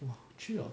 !wah! three or